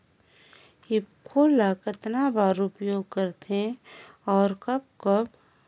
ईफको ल कतना बर उपयोग करथे और कब कब?